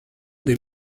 des